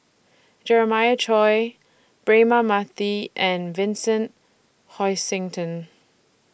Jeremiah Choy Braema Mathi and Vincent Hoisington